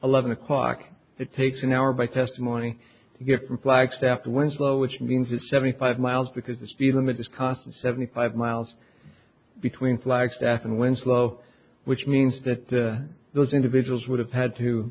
eleven o'clock it takes an hour by testimony to get from flagstaff to winslow which means it's seventy five miles because the speed limit is constant seventy five miles between flagstaff and winslow which means that those individuals would have had to